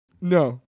No